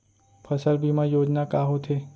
फसल बीमा योजना का होथे?